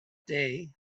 day